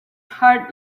heart